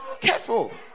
Careful